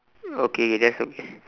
okay that's okay